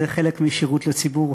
זה חלק משירות לציבור.